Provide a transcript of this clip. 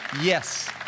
Yes